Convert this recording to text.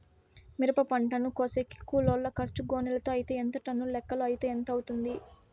మిరప పంటను కోసేకి కూలోల్ల ఖర్చు గోనెలతో అయితే ఎంత టన్నుల లెక్కలో అయితే ఎంత అవుతుంది?